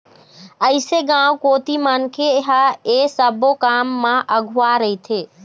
अइसे गाँव कोती मनखे ह ऐ सब्बो काम म अघुवा रहिथे